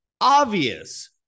obvious